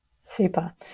Super